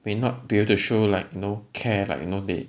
may not be able to show like you know care like you know they